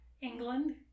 England